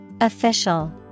Official